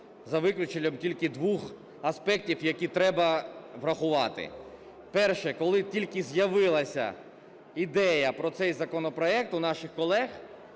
за виключенням тільки двох аспектів, які треба врахувати. Перше. Коли тільки з'явилася ідея про цей законопроект у наших колег,